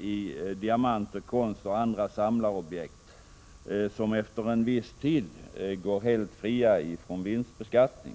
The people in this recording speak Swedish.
i diamanter, konst och andra samlarobjekt, som efter en viss tid går helt fria från vinstbeskattning.